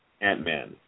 Ant-Man